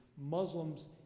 Muslims